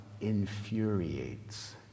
infuriates